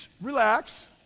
Relax